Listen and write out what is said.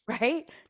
right